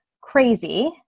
Crazy